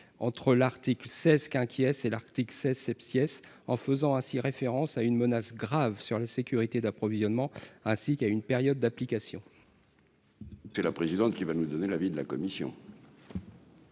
entre l'article Cesc inquiet, c'est l'Arctique ces pièces en faisant ainsi référence à une menace grave sur la sécurité d'approvisionnement, ainsi qu'à une période d'application. Et la présidente, qui va nous donner l'avis de la commission.